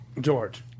George